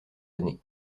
années